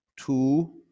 Two